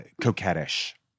coquettish